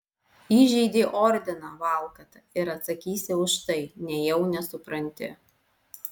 įžeidei ordiną valkata ir atsakysi už tai nejau nesupranti